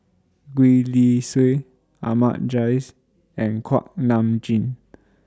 Gwee Li Sui Ahmad Jais and Kuak Nam Jin